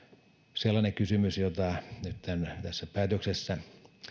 sellainen kysymys johon nyt tässä päätöksessä